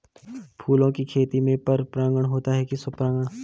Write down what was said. फूलों की खेती में पर परागण होता है कि स्वपरागण?